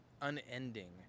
unending